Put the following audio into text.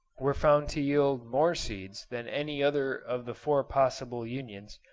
were found to yield more seeds than any other of the four possible unions,